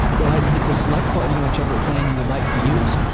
go ahead and hit the select button on whichever plan you would like to use.